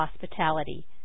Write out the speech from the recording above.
hospitality